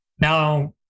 Now